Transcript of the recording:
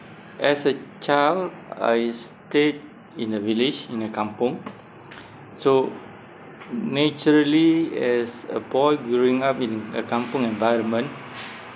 as a child I stayed in a village in a kampung so naturally as a boy growing up in a kampung environment